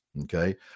okay